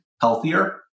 healthier